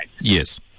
Yes